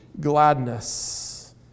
gladness